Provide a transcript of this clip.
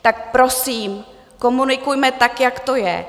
Tak prosím, komunikujme tak, jak to je.